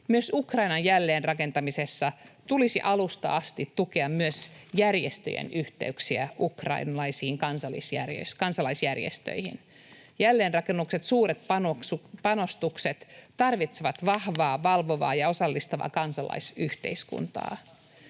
Myös Ukrainan jälleenrakentamisessa tulisi alusta asti tukea myös järjestöjen yhteyksiä ukrainalaisiin kansalaisjärjestöihin. Jälleenrakennuksen suuret panostukset tarvitsevat vahvaa, valvovaa ja osallistavaa kansalaisyhteiskuntaa.